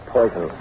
poison